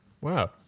Wow